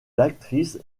l’actrice